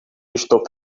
estou